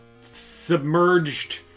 submerged